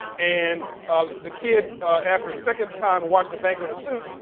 and the kid after the second time watching a banker in a suit,